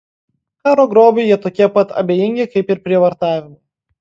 karo grobiui jie tokie pat abejingi kaip ir prievartavimui